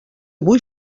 vull